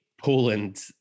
Poland